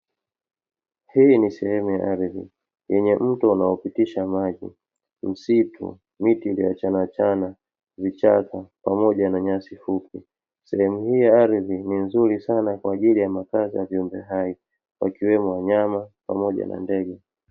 Hii ni sehemu ya ardhi yenye mto unaopitisha maji, msitu, miti iliyoachana achana, vichaka, pamoja na nyasi fupi. Sehemu hii ya ardhi ni nzuri sana kwa ajili ya makazi ya viumbe hai ikiwemo wanyama pamoja na ndege.